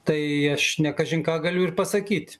tai aš ne kažin ką galiu ir pasakyt